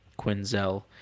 quinzel